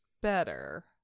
better